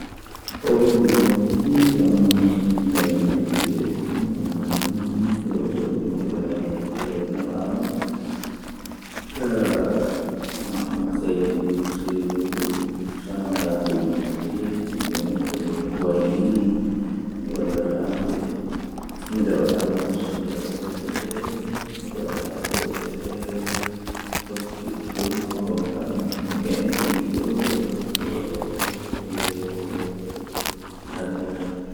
Ndikka mi huwi nde gotel awa sappo e joye haa nyalande ngam bone ngam bone man pat jei wakkati goyel on mi hawra mi huwa wakkati man tan tomi dilloto mi metata lorugo sei asaweere feere nyalandeeji ko lutti do fuu midon siwto amma to mivi mi huwan kala nde weeti fuu bone man duddum